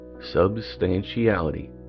substantiality